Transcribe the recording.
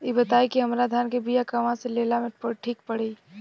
इ बताईं की हमरा धान के बिया कहवा से लेला मे ठीक पड़ी?